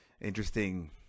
interesting